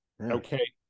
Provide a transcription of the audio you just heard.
Okay